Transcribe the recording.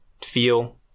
feel